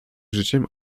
życiem